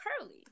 curly